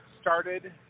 started